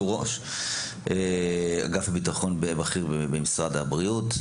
שהוא ראש אגף ביטחון בכיר במשרד הבריאות.